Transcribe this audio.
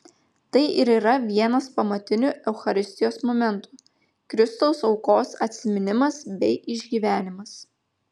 tai ir yra vienas pamatinių eucharistijos momentų kristaus aukos atsiminimas bei išgyvenimas